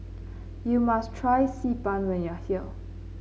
you must try Xi Ban when you are here